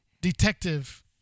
Detective